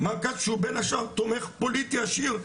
מה גם שהוא בין השאר תומך פוליטי עשיר.